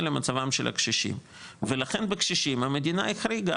למצבם של הקשישים ולכן בקשישים המדינה החריגה,